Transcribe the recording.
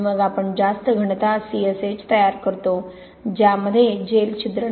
आणि मग आपण जास्त घनता CSH तयार करतो ज्यामध्ये जेल छिद्र